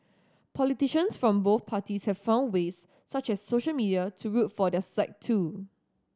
politicians from both parties have found ways such as social media to root for their side too